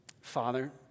Father